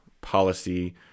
policy